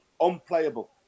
unplayable